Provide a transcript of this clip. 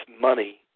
money